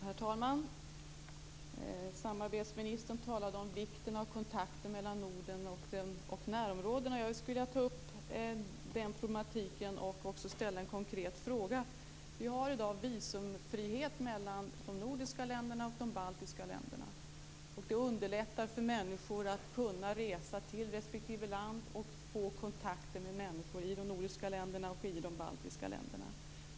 Herr talman! Samarbetsministern talade om vikten av kontakter mellan Norden och närområdena. Jag skulle vilja ta upp den problematiken och också ställa en konkret fråga. Vi har i dag visumfrihet mellan de nordiska länderna och de baltiska länderna. Det underlättar för människor att resa till respektive land och få kontakter med människor i de nordiska länderna och de baltiska länderna.